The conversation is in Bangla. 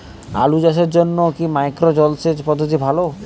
আলু চাষের জন্য কি মাইক্রো জলসেচ পদ্ধতি ভালো?